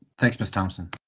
thanks, miss thompson.